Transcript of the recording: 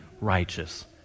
righteous